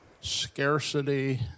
scarcity